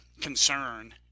concern